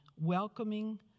welcoming